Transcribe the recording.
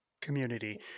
Community